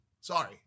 Sorry